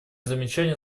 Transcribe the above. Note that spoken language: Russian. замечания